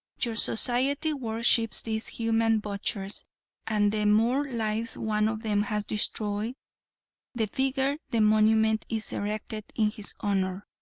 your society worships these human butchers and the more lives one of them has destroyed the bigger the monument is erected in his honor.